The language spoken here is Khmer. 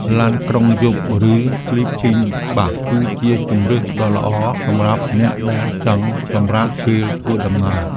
ឡានក្រុងយប់ ឬ Sleeping Bus គឺជាជម្រើសដ៏ល្អសម្រាប់អ្នកដែលចង់សម្រាកពេលធ្វើដំណើរ។